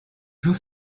joue